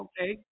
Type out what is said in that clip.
Okay